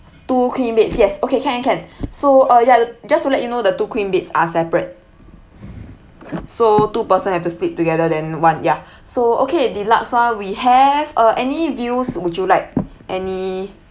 two queen beds yes okay can can so uh yeah just to let you know the two queen beds are separate so two person have to sleep together then one ya so okay deluxe one we have uh any views would you like any